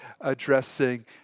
addressing